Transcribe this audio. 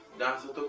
that's it.